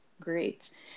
great